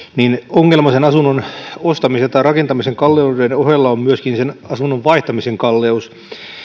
ongelma sen asunnon ostamisen tai rakentamisen kalleuden ohella on myöskin sen asunnon vaihtamisen kalleus